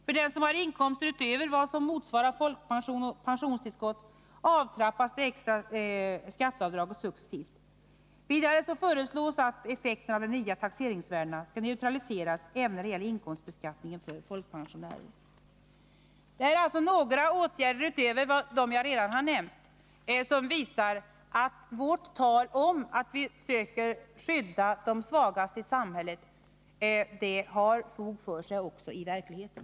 För den som har inkomster utöver vad som motsvarar folkpension och pensionstillskott avtrappas det extra skatteavdraget successivt. Vidare föreslås att effekterna av de nya taxeringsvärdena skall neutraliseras även när det gäller inkomstbeskattningen för folkpensionärer. Det här är några åtgärder utöver dem jag redan förut har nämnt som visar att vårt tal om att skydda de svagaste i samhället har fog för sig i verkligheten.